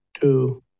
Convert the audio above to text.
two